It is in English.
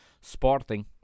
Sporting